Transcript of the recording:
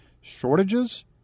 shortages